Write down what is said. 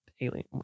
alien